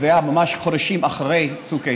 זה היה ממש חודשים אחרי צוק איתן,